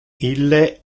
ille